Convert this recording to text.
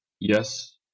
yes